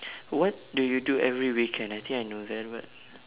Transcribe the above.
what do you do every weekend I think I know that one